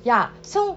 ya so